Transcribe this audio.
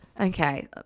Okay